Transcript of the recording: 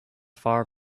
far